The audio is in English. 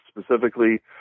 specifically